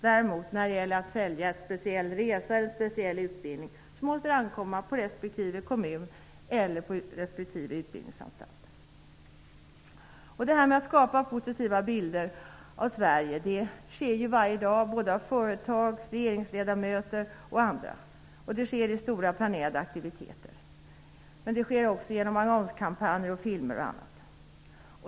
Uppgiften att sälja en speciell resa eller utbildning måste däremot ligga på respektive kommun eller utbildningsanstalt. Verksamheten att skapa positiva bilder av Sverige bedrivs varje dag av företag, av regeringsledamöter och av andra i stora, planerade aktiviteter men också genom annonskampanjer, filmer och annat.